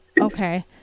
okay